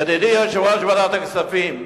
ידידי יושב-ראש ועדת הכספים,